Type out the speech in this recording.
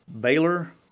Baylor